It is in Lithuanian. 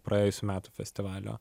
praėjusių metų festivalio